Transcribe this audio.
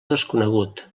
desconegut